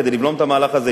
כדי לבלום את המהלך הזה,